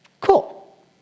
Cool